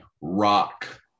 Rock